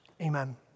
Amen